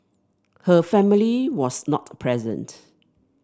her family was not present